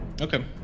Okay